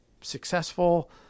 successful